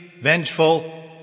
vengeful